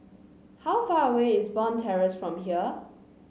how far away is Bond Terrace from here